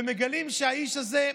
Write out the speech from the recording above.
ומגלים שהאיש הזה,